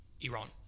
Iran